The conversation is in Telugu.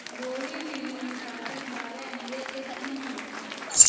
ఓలీ నేను ఈ పాటను బాగా ఎంజాయి చేస్తున్నాను